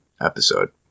episode